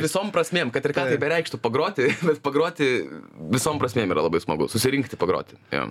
visom prasmėm kad ir ką tai bereikštų pagroti bet pagroti visom prasmėm yra labai smagu susirinkti pagroti